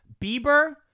Bieber